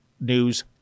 News